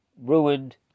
ruined